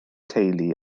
teulu